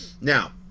now